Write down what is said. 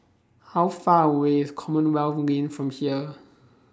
How Far away IS Commonwealth Lane from here